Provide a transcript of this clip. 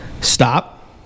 stop